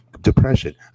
Depression